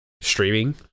streaming